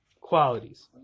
qualities